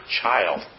child